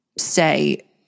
Say